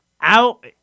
Out